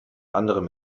anderen